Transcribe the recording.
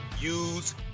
use